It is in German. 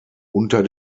unter